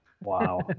Wow